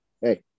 Hey